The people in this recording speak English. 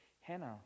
Hannah